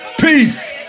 Peace